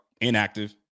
Inactive